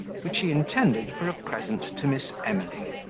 which he intended for a present to miss emily.